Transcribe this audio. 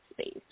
space